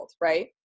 Right